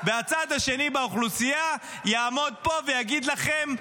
והצד השני באוכלוסייה יעמוד פה ויגיד לכם: